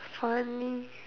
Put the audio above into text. funny